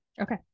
okay